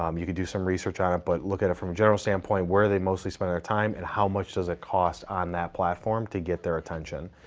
um you can do some research on it, but look at it from a general standpoint, where they mostly spend their time and how much does it cost on that platform to get their attention?